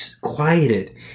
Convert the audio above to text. quieted